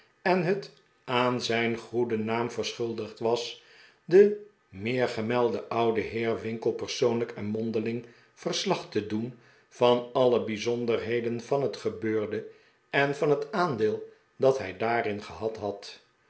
en het aan zijn goeden naam verschuldigd was den meergemelden ouden heer winkle persoonlijk en mondeling verslag te doen van alle bijzonderheden van het gebeurde en van het aandeel dat hi daarin gehad had